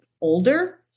older